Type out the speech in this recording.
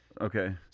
Okay